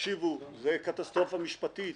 הגענו לבית המשפט הגבוה לצדק,